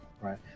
right